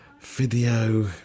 Video